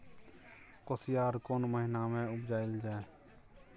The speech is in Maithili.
कोसयार कोन महिना मे उपजायल जाय?